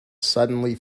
suddenly